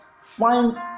find